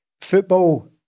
Football